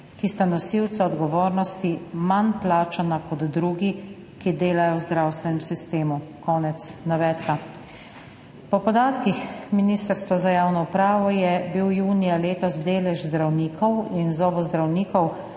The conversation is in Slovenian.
ki sta nosilca odgovornosti, manj plačana kot drugi, ki delajo v zdravstvenem sistemu«. Konec navedka. Po podatkih Ministrstva za javno upravo je bil junija letos delež zdravnikov in zobozdravnikov